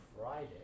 Friday